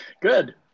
Good